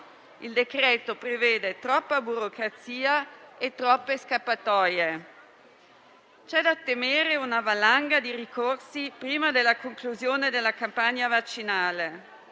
il decreto-legge prevede troppa burocrazia e troppe scappatoie, e c'è da temere una valanga di ricorsi prima della conclusione della campagna vaccinale.